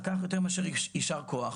על כך יותר מאשר ישר כוח,